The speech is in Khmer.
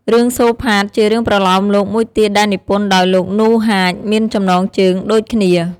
រឿងសូផាត ជារឿងប្រលោមលោកមួយទៀតដែលនិពន្ធដោយ លោក នូ ហាច មានចំណងជើងដូចគ្នា។